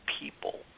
people